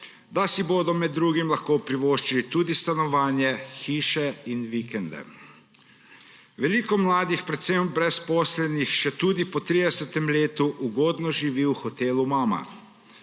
da si bodo med drugim lahko privoščili tudi stanovanje, hiše in vikende. Veliko mladih, predvsem brezposelnih, še tudi po 30. letu ugodno živi v hotelu mama,